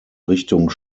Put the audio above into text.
richtung